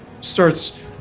starts